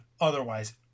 otherwise